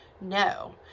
No